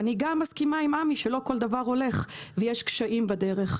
אני גם מסכימה עם עמי אפלבום שלא כל דבר הולך ויש קשיים בדרך.